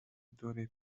دوره